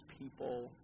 people